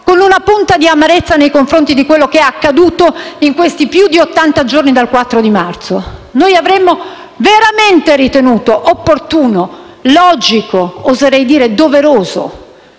con una punta di amarezza nei confronti di quello che è accaduto, in questi ottanta giorni e più, dal 4 marzo. Noi avremmo veramente ritenuto opportuno, logico, oserei dire doveroso,